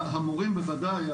המורים בוודאי,